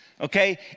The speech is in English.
okay